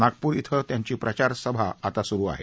नागपूर इथं त्यांची प्रचार सभा आता सुरू आहे